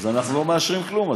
אז אנחנו לא מאשרות כלום.